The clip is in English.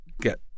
get